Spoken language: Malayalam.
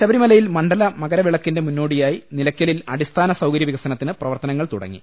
ശബരിമലയിൽ മണ്ഡല മകരവിളക്കിന്റെ മുന്നോടിയായി നില യ്ക്കലിൽ അടിസ്ഥാന സൌകര്യവികസനത്തിന് പ്രവർത്തനങ്ങൾ തുടങ്ങി